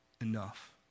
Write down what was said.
enough